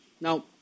Now